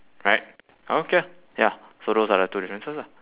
right okay ya so those are the two differences lah